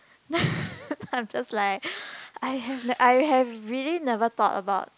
then then I'm just like I have I have really never thought about